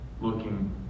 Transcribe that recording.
Looking